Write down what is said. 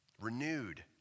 renewed